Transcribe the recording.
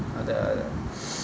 the